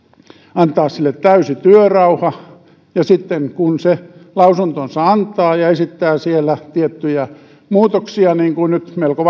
antaa sille täysi työrauha ja sitten kun se lausuntonsa antaa ja esittää siellä tiettyjä muutoksia niitä nyt melko